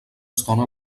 estona